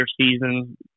season